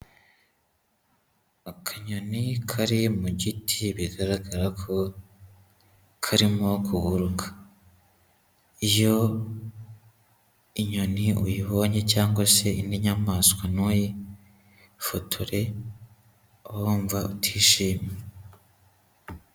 Akanyoni kari mu giti bigaragara ko karimo kuguruka. Iyo inyoni uyibonye cyangwa se indi nyamaswa ntuyifotore, uba wumva utishimye.